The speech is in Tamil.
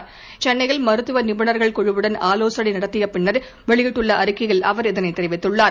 இன்று சென்னையில் மருத்துவ நிபுணர்கள் குழுவுடன் ஆலோசனை நடத்திய பின்னா் வெளியிட்டுள்ள அறிக்கையில் அவர் இதனை தெரிவித்துள்ளார்